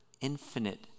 infinite